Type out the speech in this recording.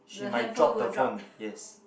the handphone will drop